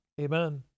Amen